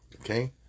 Okay